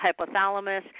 hypothalamus